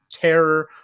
terror